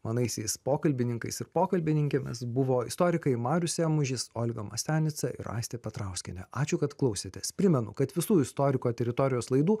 manaisiais pokalbininkais ir pokalbininkėmis buvo istorikai marius ėmužis olga mastianica ir aistė petrauskienė ačiū kad klausėtės primenu kad visų istoriko teritorijos laidų